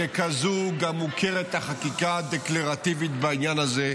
וככזאת גם מוכרת החקיקה הדקלרטיבית בעניין הזה,